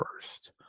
first